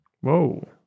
Whoa